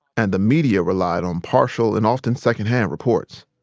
and the media relied on partial and often secondhand reports.